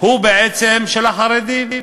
הוא בעצם של החרדים.